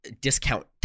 Discount